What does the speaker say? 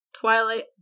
Twilight